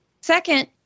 Second